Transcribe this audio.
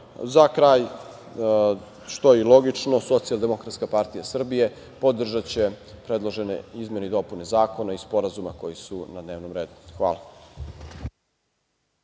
kraj, što je i logično, Socijaldemokratska partija Srbije podržaće predložene izmene i dopune zakona i sporazuma koji su na dnevnom redu. Hvala.